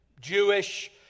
Jewish